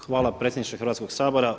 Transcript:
Hvala predsjedniče Hrvatskoga sabora.